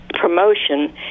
promotion